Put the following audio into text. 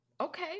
Okay